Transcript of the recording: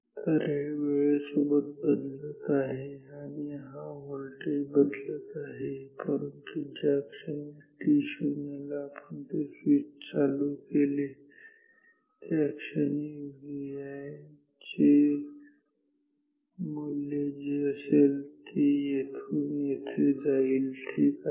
तर हे वेळेसोबत बदलत आहे हा व्होल्टेज बदलत आहे परंतु ज्या क्षणी t0 ला आपण ते स्विच चालू केले त्या क्षणी Vi चे मूल्य जे असेल ते येथून येथे जाईल ठीक आहे